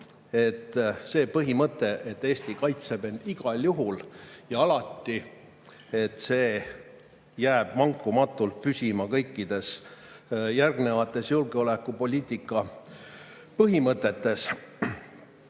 see põhimõte, et Eesti kaitseb end igal juhul ja alati, jääb vankumatult püsima kõikides järgnevates julgeolekupoliitika põhimõtetes.